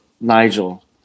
Nigel